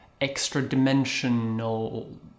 extra-dimensional